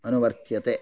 अनुवर्त्यते